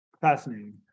Fascinating